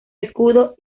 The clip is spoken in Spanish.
escudo